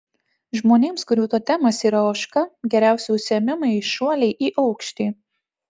žmonėms kurių totemas yra ožka geriausi užsiėmimai šuoliai į aukštį